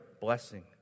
Blessing